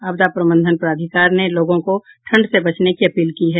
आपदा प्रबंधन प्राधिकार ने लोगों को ठंड से बचने की अपील की है